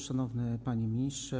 Szanowny Panie Ministrze!